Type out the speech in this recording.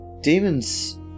Demons